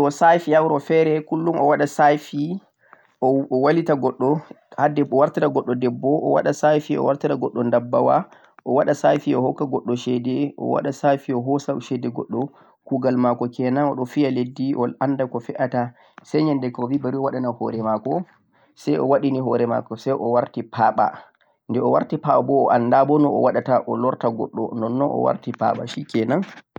woodi gaɗowo 'tsafi' ha wuro feere 'kullum' o waɗa 'tsafi' o waylita goɗɗo o wartira goɗɗo debbo o waɗa 'tsafi', o wartira goɗɗo dabbawa, o waɗa 'tsafi' o hakka himɓe ceede, o waɗa 'tsafi' o hokka goɗɗo ceede, o waɗa 'tsafi' o hoosa ceede goɗɗo, kuugal maako kenan, o ɗo fiya leddi on annda ko fe'aata say nyannde kam o bi bari o waɗa hoore maako say o waɗini hoore maako say o warti paaɓa de o warti paaɓa bo o annda bo no o waɗata o warta goɗɗo nonnon owarti paaɓa 'shikenan'.